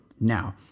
now